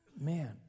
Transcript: man